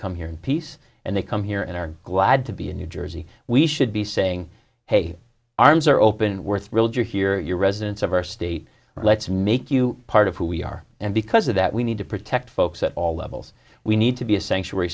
come here in peace and they come here and are glad to be in new jersey we should be saying hey arms are open we're thrilled you're here you're residents of our state let's make you part of who we are and because of that we need to protect folks at all levels we need to be a sanctuary